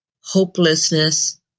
hopelessness